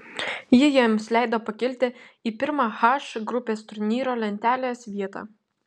ji jiems leido pakilti į pirmą h grupės turnyro lentelės vietą